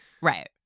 Right